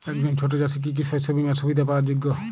একজন ছোট চাষি কি কি শস্য বিমার সুবিধা পাওয়ার যোগ্য?